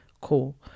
Cool